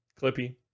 Clippy